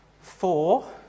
four